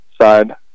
side